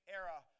era